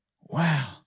Wow